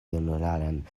junularan